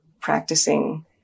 practicing